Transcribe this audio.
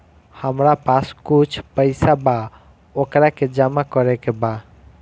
हमरा पास कुछ पईसा बा वोकरा के जमा करे के बा?